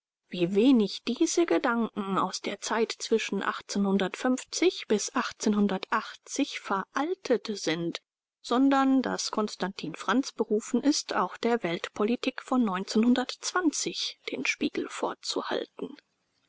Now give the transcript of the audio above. wie wenig diese gedanken aus der zeit zwischen veraltet sind sondern daß constantin frantz berufen ist auch der weltpolitik von den spiegel vorzuhalten